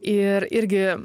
ir irgi